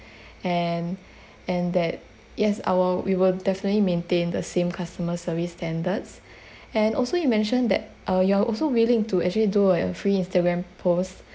and and that yes our we will definitely maintain the same customer service standards and also you mentioned that uh you are also willing to actually do a free instagram post